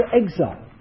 exile